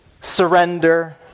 Surrender